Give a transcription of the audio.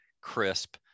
crisp